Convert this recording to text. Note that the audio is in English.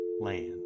land